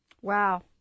Wow